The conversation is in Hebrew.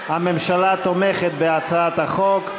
הממשלה תומכת בהצעת החוק.